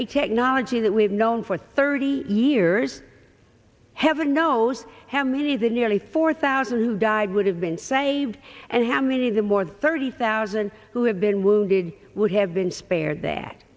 a technology that we've known for thirty years heaven knows how many the nearly four thousand who died would have been saved and how many the more than thirty thousand who have been wounded would have been spared that